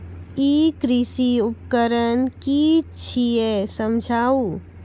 ई कृषि उपकरण कि छियै समझाऊ?